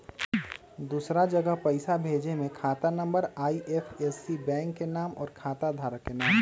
दूसरा जगह पईसा भेजे में खाता नं, आई.एफ.एस.सी, बैंक के नाम, और खाता धारक के नाम?